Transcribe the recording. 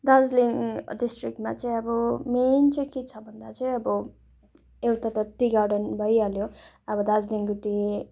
दार्जिलिङ डिस्ट्रिकमा चाहिँ अब मेन चाहिँ के छ भन्दा चाहिँ अब एउटा त टी गार्डन भइहाल्यो अब दार्जिलिङ्गको टी